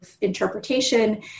interpretation